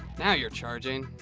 now you're charging!